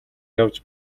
явж